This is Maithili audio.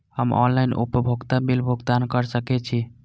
हम ऑनलाइन उपभोगता बिल भुगतान कर सकैछी?